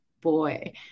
boy